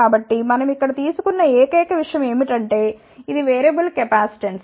కాబట్టి మనం ఇక్కడ తీసుకున్న ఏకైక విషయం ఏమిటంటే ఇది వేరియబుల్ కెపాసిటెన్స్